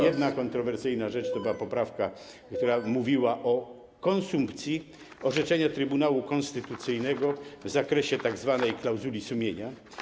Jedna kontrowersyjna rzecz to poprawka, która mówiła o konsumpcji orzeczenia Trybunału Konstytucyjnego w zakresie tzw. klauzuli sumienia.